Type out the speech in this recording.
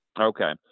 Okay